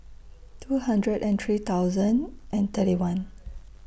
two hundred and three thousand and thirty one